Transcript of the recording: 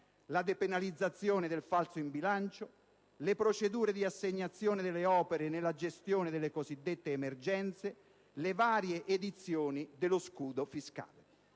la depenalizzazione del falso in bilancio, le procedure di assegnazione delle opere nella gestione delle cosiddette emergenze, le varie edizioni dello scudo fiscale.